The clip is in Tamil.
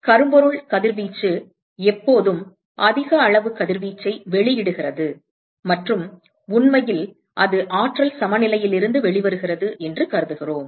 எனவே கரும்பொருள் கதிர்வீச்சு எப்போதும் அதிக அளவு கதிர்வீச்சை வெளியிடுகிறது மற்றும் உண்மையில் அது ஆற்றல் சமநிலையிலிருந்து வெளிவருகிறது என்று கருதுகிறோம்